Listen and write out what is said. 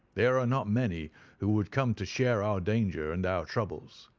there are not many who would come to share our danger and our troubles.